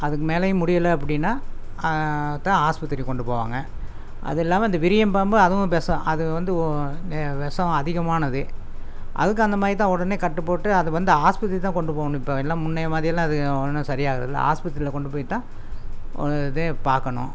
அதுக்கு மேலேயும் முடியலை அப்படினா தான் ஹாஸ்பத்திரிக்கு கொண்டு போவாங்க அது இல்லாமல் அந்த விரியன் பாம்பு அதுவும் வெஷம் அது வந்து வெஷம் அதிகமானது அதுக்கும் அந்த மாதிரி தான் உடனே கட்டுப்போட்டு அது வந்து ஹாஸ்பத்திரிக்கு தான் கொண்டு போகணும் இப்போ எல்லாம் முன்னை மாதிரியெல்லாம் அதுங்க ஒன்றும் சரியாகுறதில்ல ஹாஸ்பத்திரியில் கொண்டு போய்விட்டா உடனே இதே பார்க்கணும்